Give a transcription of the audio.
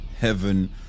heaven